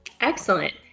Excellent